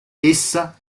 essa